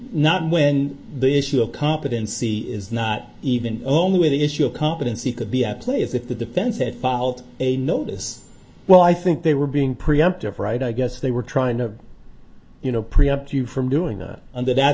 not when the issue of competency is not even only with the issue of competency could be at play if the defense had filed a notice well i think they were being preemptive right i guess they were trying to you know preempt you from doing that under that